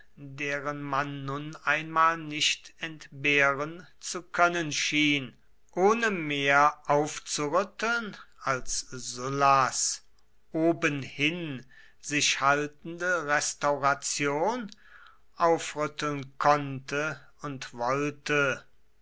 deren man nun einmal nicht entbehren zu können schien ohne mehr aufzurütteln als sullas obenhin sich haltende restauration aufrütteln konnte und wollte